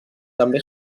també